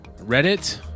Reddit